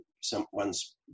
someone's